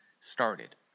started